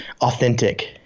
authentic